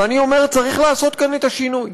ואני אומר, צריך לעשות כאן את השינוי.